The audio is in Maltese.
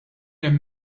hemm